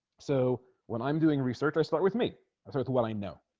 so when i'm doing research i start with me i throw at the what i know